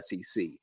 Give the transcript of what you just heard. SEC